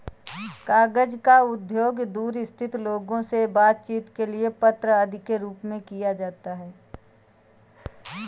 कागज का उपयोग दूर स्थित लोगों से बातचीत के लिए पत्र आदि के रूप में किया जाता है